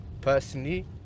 Personally